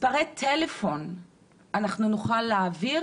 מספרי טלפון נוכל להעביר,